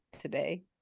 today